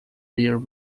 rear